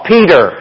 Peter